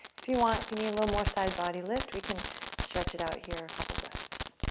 if you want, if you need a little more side body lift, we can stretch it out here a couple breaths.